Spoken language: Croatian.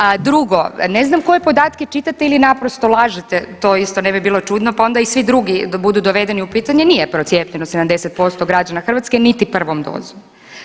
A drugo, ne znam koje podatke čitate ili naprosto lažete to isto ne bi bilo čudno, pa onda i svi drugi budu dovedeni u pitanje nije procijepljeno 70% građana Hrvatske niti prvom dozom.